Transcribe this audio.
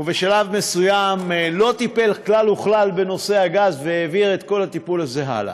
ובשלב מסוים לא טיפל כלל וכלל בנושא הגז והעביר את כל הטיפול הזה הלאה.